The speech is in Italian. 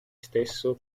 stesso